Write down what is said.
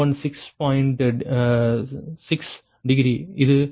6 degree இது 15